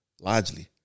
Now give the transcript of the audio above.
largely